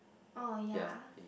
oh ya